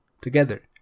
Together